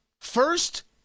First